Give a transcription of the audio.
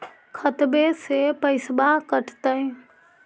खतबे से पैसबा कटतय?